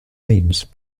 means